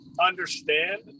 understand